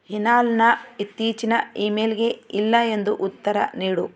ಹಿನಾಲ್ನ ಇತ್ತೀಚಿನ ಇಮೇಲ್ಗೆ ಇಲ್ಲ ಎಂದು ಉತ್ತರ ನೀಡು